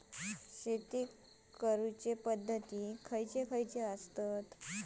शेतीच्या करण्याचे पध्दती खैचे खैचे आसत?